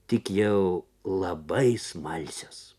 tik jau labai smalsios